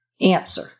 answer